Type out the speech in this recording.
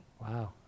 Wow